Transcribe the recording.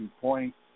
points